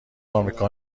آمریکا